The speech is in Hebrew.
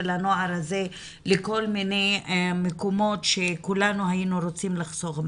הנוער הזה לכל מיני מקומות שכולנו היינו רוצים לחסוך מהם.